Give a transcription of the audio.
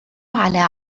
على